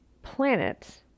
planet